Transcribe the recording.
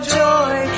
joy